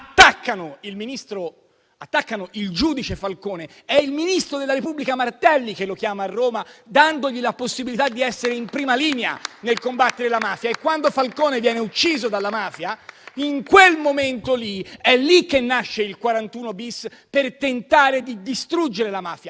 attaccano il giudice Falcone, è il ministro della Repubblica Martelli che lo chiama a Roma dandogli la possibilità di essere in prima linea nel combattere la mafia. E quando Falcone viene ucciso dalla mafia, è in quel momento lì che nasce il 41-*bis* per tentare di distruggere la mafia;